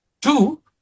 Two